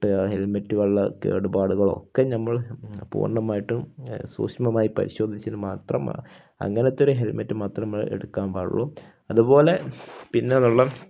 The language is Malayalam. ഹെൽമെറ്റ് വല്ല കേടുപാടുകളൊക്കെ നമ്മൾ പൂർണ്ണമായിട്ടും സൂക്ഷ്മമായി പരിശോധിച്ചത് മാത്രം അങ്ങനത്തെ ഒരു ഹെൽമെറ്റ് മാത്രം എടുക്കാൻ പാടുള്ളു അതുപോലെ പിന്നെ ഉള്ള